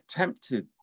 tempted